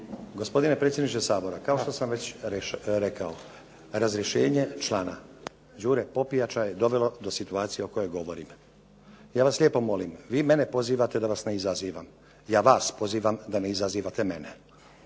Gospodine predsjedniče Sabora, kao što sam već rekao razrješenje člana Đure Popijača je dovelo do situacije o kojoj govorim. Ja vas lijepo molim, vi mene pozivate da vas ne izazivam. Ja vas pozivam da vi ne izazivate mene.